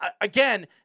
Again